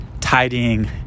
tidying